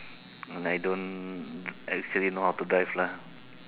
I don't actually know how to drive lah